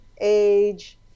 age